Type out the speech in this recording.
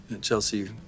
Chelsea